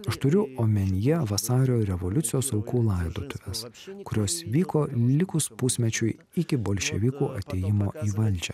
aš turiu omenyje vasario revoliucijos aukų laidotuves kurios vyko likus pusmečiui iki bolševikų atėjimo į valdžią